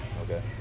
Okay